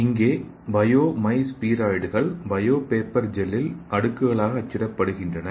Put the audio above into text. இங்கே பயோ மை ஸ்பீராய்டுகள் பயோ பேப்பர் ஜெல்லில் அடுக்குகளாக அச்சிடப்படுகின்றன